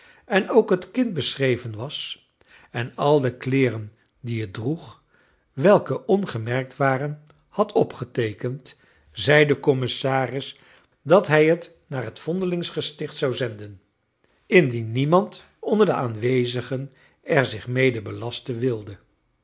en ook het kind beschreven was en al de kleeren die het droeg welke ongemerkt waren had opgeteekend zeide de commissaris dat hij het naar het vondelingsgesticht zou zenden indien niemand onder de aanwezigen er zich mede belasten wilde